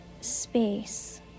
space